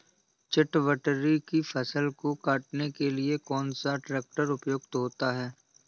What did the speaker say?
चटवटरी की फसल को काटने के लिए कौन सा ट्रैक्टर उपयुक्त होता है?